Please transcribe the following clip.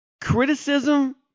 criticism